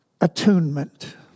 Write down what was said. attunement